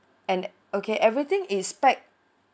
and okay everything is pack